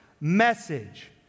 message